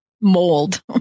mold